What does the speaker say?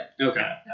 Okay